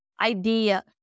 idea